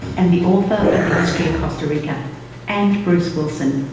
and the author of the history of costa rica and bruce wilson,